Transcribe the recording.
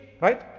Right